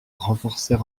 renforcer